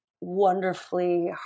wonderfully